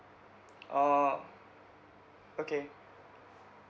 orh okay